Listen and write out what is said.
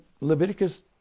Leviticus